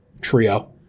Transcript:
trio